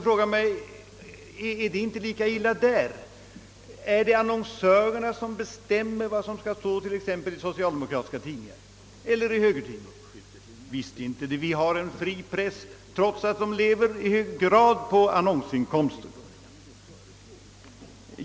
Är det inte lika illa ställt med dem? Är det annonsörerna som bestämmer vad som skall stå i socialdemokratiska tidningar eller i högertidningar? Visst inte. Vi har en fri press, trots att den i hög grad lever på annonsinkomster.